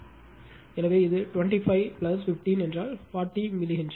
எனவே இது 25 15 என்றால் 40 மில்லி ஹென்றி